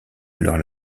alors